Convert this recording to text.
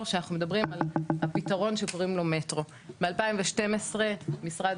שאנחנו מדברים על הפתרון שקוראים לו מטרו ב-2012 משרד